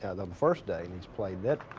ah the first day's and he's played that